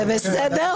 זה בסדר.